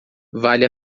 vale